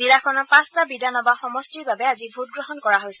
জিলাখনৰ পাঁচটা বিধানসভা সমষ্টিৰ বাবে আজি ভোটগ্ৰহণ কৰা হৈছে